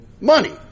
money